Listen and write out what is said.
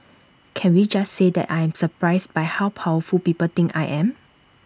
can we just say that I'm surprised by how powerful people think I am